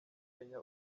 kenya